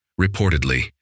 Reportedly